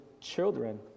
children